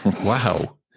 Wow